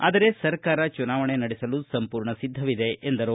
ಆದರೆ ಸರ್ಕಾರ ಚುನಾವಣಾ ನಡೆಸಲು ಸಂಪೂರ್ಣ ಸಿದ್ಧವಿದೆ ಎಂದರು